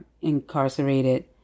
incarcerated